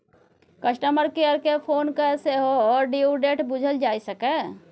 customer care केँ phone कए सेहो ड्यु डेट बुझल जा सकैए